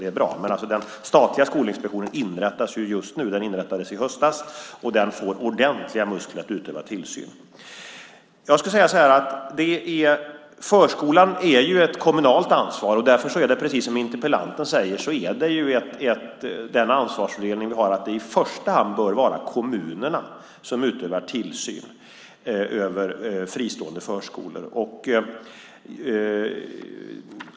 Det är bra. Men den statliga skolinspektionen inrättas alltså just nu. Den inrättades i höstas, och den får ordentliga muskler att utöva tillsyn. Förskolan är ju ett kommunalt ansvar. Därför är det precis som interpellanten säger. Den ansvarsfördelning vi har innebär att det i första hand bör vara kommunerna som utövar tillsyn över fristående förskolor.